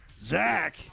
Zach